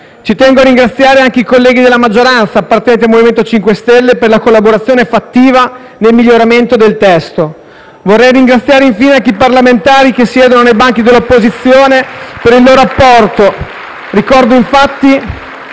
Ci tengo a ringraziare anche i colleghi della maggioranza appartenenti al MoVimento 5 Stelle per la collaborazione fattiva nel miglioramento del testo. *(Applausi dai Gruppi M5S e L-SP-PSd'Az).* Vorrei ringraziare, infine, anche i parlamentari che siedono nei banchi dell'opposizione per il loro apporto. Ricordo, infatti,